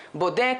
בודק,